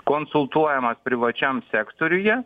konsultuojamas privačiam sektoriuje